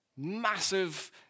massive